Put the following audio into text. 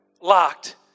locked